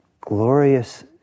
glorious